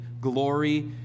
glory